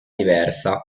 diversa